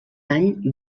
any